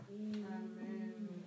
Amen